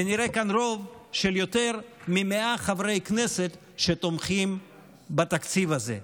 ונראה כאן רוב של יותר מ-100 חברי כנסת שתומכים בתקציב הזה.